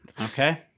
Okay